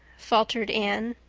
faltered anne.